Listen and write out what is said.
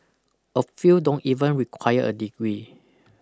a few don't even require a degree